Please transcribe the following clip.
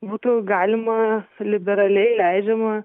būtų galima liberaliai leidžiama